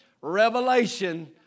revelation